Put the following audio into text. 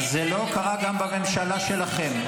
זה לא קרה גם בממשלה שלכם.